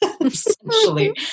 essentially